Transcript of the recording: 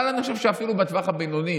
אבל אני חושב שאפילו בטווח הבינוני,